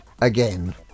again